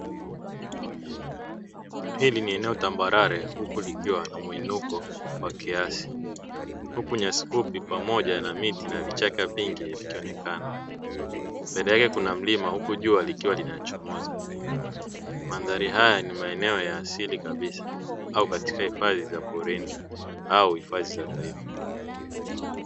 Hili ni eneo tambarare huku likiwa na mwinuko wa kiasi, huku nyasi fupi pamoja na miti na vichaka vingi vikionekana. Mbele yake kuna mlima huku jua likiwa linachomoza. Mandhari haya ni maeneo ya asili kabisa au katika hifadhi za porini au hifadhi za taifa.